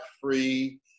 free